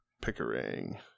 Pickering